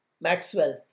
Maxwell